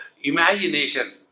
imagination